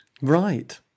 Right